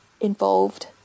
involved